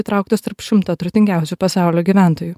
įtrauktas tarp šimto turtingiausių pasaulio gyventojų